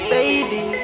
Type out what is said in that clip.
Baby